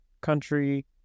country